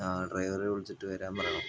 ആ ഡ്രൈവറെ വിളിച്ചിട്ട് വരാൻ പറയണം